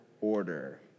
order